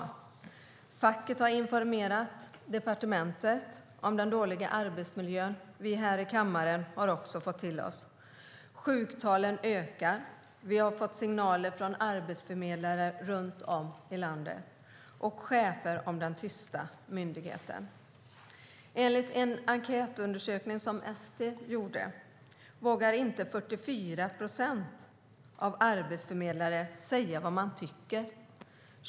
Facket har informerat departementet om den dåliga arbetsmiljön, och vi här i kammaren har också fått höra det. Sjuktalen ökar, och vi har fått signaler från arbetsförmedlare och chefer runt om i landet om den tysta myndigheten - enligt en enkätundersökning som ST gjorde vågar 44 procent av arbetsförmedlarna inte säga vad de tycker.